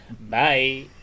Bye